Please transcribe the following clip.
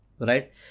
Right